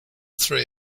three